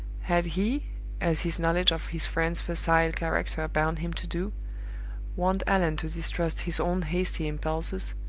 had he as his knowledge of his friend's facile character bound him to do warned allan to distrust his own hasty impulses,